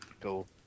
Cool